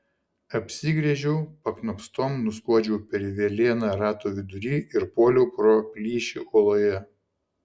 apsigręžiau paknopstom nuskuodžiau per velėną rato vidury ir puoliau pro plyšį uoloje